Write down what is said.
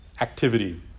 activity